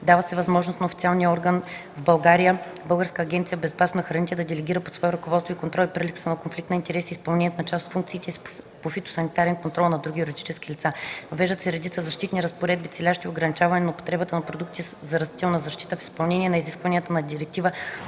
Дава се възможност на официалния орган в България – Българската агенция по безопасност на храните, да делегира под свое ръководство и контрол и при липса на конфликт на интереси изпълнението на част от функциите си по фитосанитарен контрол на други юридически лица. Въвеждат се редица защитни разпоредби, целящи ограничаване на употребата на продуктите за растителна защита в изпълнение на изискванията на Директива